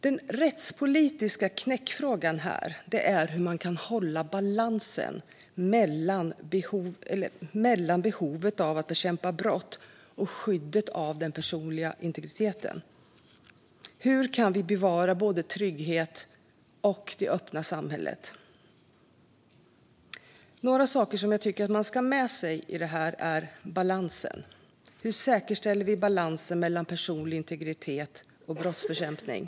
Den rättspolitiska knäckfrågan är hur man kan hålla balansen mellan behovet av att bekämpa brott och skyddet för den personliga integriteten. Hur kan vi bevara både tryggheten och det öppna samhället? Det finns några saker som man ska ha med sig i det här. Det gäller balansen. Hur säkerställer vi balansen mellan personlig integritet och brottsbekämpning?